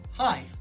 Hi